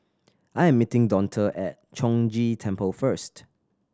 I'm meeting Donta at Chong Ghee Temple first